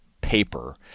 paper